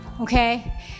okay